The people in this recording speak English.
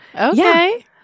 Okay